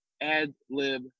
Ad-lib